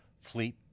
fleet